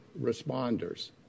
responders